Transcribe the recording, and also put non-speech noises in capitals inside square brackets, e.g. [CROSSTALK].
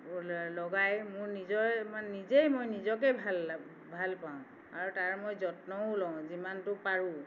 [UNINTELLIGIBLE] লগাই মোৰ নিজৰে মানে নিজেই মই নিজকে ভাল [UNINTELLIGIBLE] ভাল পাওঁ আৰু তাৰ মই যত্নও লওঁ যিমানতো পাৰোঁ